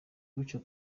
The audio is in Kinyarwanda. gutyo